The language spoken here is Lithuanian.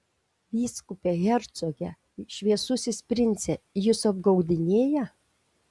vyskupe hercoge šviesusis prince jus apgaudinėja